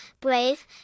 brave